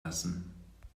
lassen